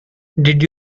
did